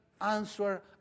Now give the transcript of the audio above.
answer